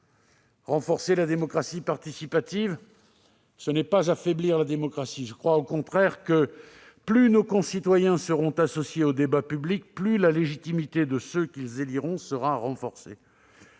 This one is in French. Renforcer la démocratie participative, ce n'est pas affaiblir la démocratie. Je crois au contraire que, plus nos concitoyens seront associés au débat public, plus la légitimité de ceux qu'ils éliront sera renforcée.